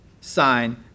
sign